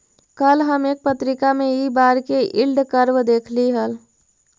कल हम एक पत्रिका में इ बार के यील्ड कर्व देखली हल